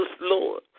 Lord